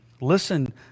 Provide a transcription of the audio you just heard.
Listen